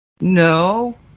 No